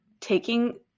taking